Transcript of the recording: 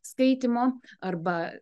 skaitymo arba